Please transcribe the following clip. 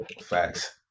Facts